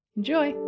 Enjoy